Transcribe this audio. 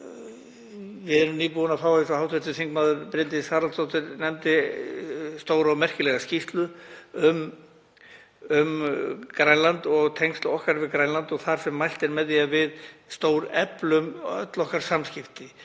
Við erum nýbúin að fá, eins og hv. þm. Bryndís Haraldsdóttir nefndi, stóra og merkilega skýrslu um Grænland og tengsl okkar við Grænland þar sem mælt er með því að við stóreflum öll okkar samskipti.